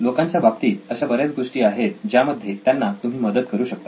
लोकांच्या बाबतीत अशा बऱ्याच गोष्टी आहेत ज्यामध्ये त्यांना तुम्ही मदत करू शकता